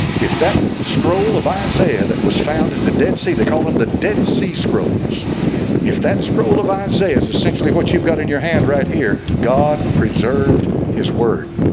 if that scroll of isaiah that was found at the dead sea they call them the dead sea scrolls if that scroll of isaiah is essentially what you've got in your hand right here god preserved his word